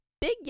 big